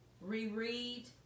Reread